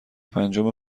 پنجم